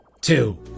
Two